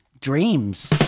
Dreams